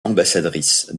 ambassadrice